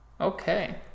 Okay